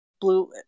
blue